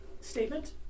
statement